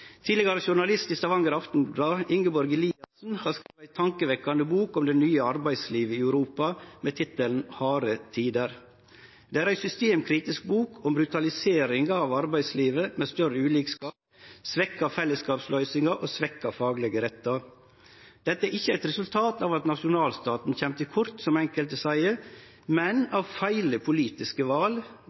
Tidlegare journalist i Stavanger Aftenblad, Ingeborg Eliassen, har skrive ei tankevekkjande bok om det nye arbeidslivet i Europa, med tittelen «Harde tider». Det er ei systemkritisk bok om brutaliseringa av arbeidslivet, med større ulikskap, svekte fellesskapsløysingar og svekte faglege rettar. Dette er ikkje eit resultat av at nasjonalstaten kjem til kort, som enkelte seier, men av galne politiske val,